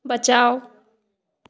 बचाओ